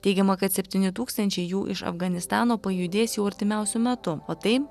teigiama kad septyni tūkstančiai jų iš afganistano pajudės jau artimiausiu metu o tai